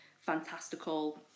fantastical